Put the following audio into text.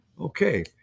Okay